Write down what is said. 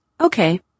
okay